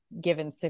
given